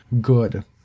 good